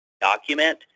document